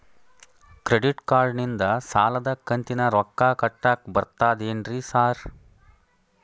Credit ಕಾರ್ಡನಿಂದ ಸಾಲದ ಕಂತಿನ ರೊಕ್ಕಾ ಕಟ್ಟಾಕ್ ಬರ್ತಾದೇನ್ರಿ ಸಾರ್?